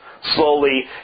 slowly